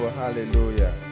Hallelujah